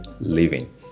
living